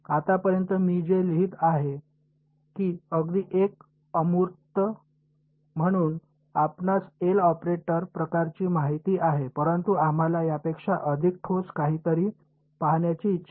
आतापर्यंत मी हे लिहित आहे की अगदी एक अमूर्त म्हणून आपणास एल ऑपरेटर प्रकारची माहिती आहे परंतु आम्हाला यापेक्षा अधिक ठोस काहीतरी पाहण्याची इच्छा नाही